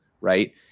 right